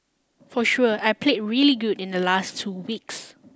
for sure I played really good in the last two weeks